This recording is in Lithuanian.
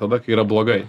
tada kai yra blogai